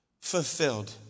Fulfilled